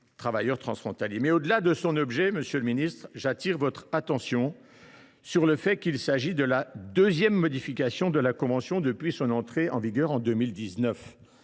vie de ces travailleurs. Monsieur le ministre, j’appelle votre attention sur le fait qu’il s’agit là de la deuxième modification de la convention depuis son entrée en vigueur en 2019.